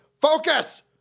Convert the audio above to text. Focus